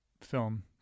film